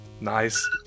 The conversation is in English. Nice